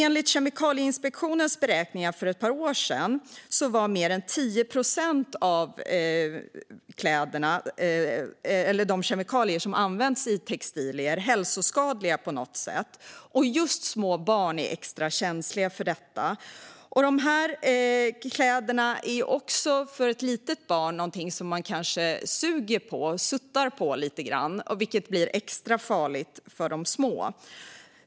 Enligt Kemikalieinspektionens beräkningar var för ett par år sedan mer än 10 procent av de kemikalier som används i textilier hälsoskadliga på något sätt. Just små barn är extra känsliga för detta. För ett litet barn är kläder också något som man kanske suger på, vilket då blir extra farligt för de små.